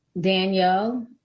Danielle